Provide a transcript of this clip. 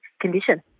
condition